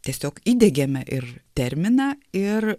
tiesiog įdiegėme ir terminą ir